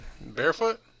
barefoot